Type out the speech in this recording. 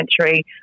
century